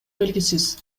белгисиз